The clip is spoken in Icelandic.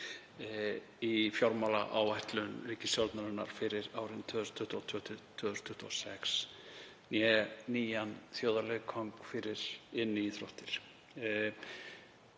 í fjármálaáætlun ríkisstjórnarinnar fyrir árin 2022–2026, eða nýjan þjóðarleikvang fyrir inniíþróttir.